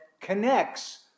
connects